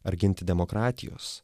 ar ginti demokratijos